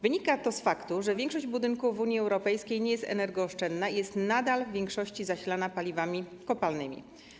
Wynika to z faktu, że większość budynków w Unii Europejskiej nie jest energooszczędna i jest nadal w większości zasilana paliwami kopalnymi.